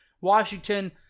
Washington